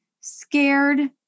scared